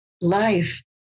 life